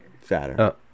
fatter